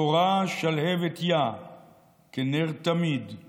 / תורה שלהבת יה כנר תמיד /